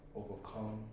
overcome